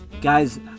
Guys